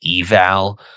eval